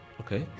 okay